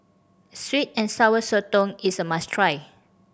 sweet and Sour Sotong is a must try